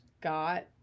got